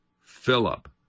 Philip